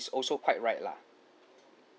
also quite right lah